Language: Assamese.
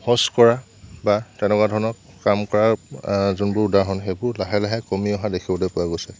শৌচ কৰা বা তেনেকুৱা ধৰণৰ কাম কৰাৰ যোনবোৰ উদাহৰণ সেইবোৰ লাহে লাহে কমি অহা দেখিবলৈ পোৱা গৈছে